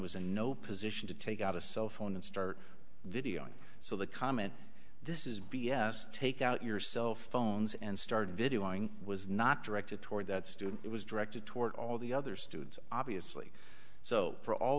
no position to take out a cellphone and start videoing so the comment this is b s take out your cell phones and start videoing was not directed toward that student it was directed toward all the other students obviously so for all